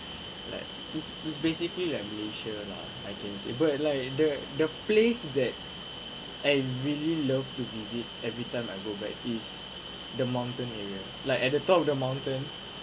like it's it's basically like malaysia now I can say but like the the place that and really love to visit every time I go back is the mountain area like at the top of the mountain